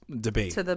debate